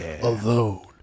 alone